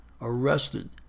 arrested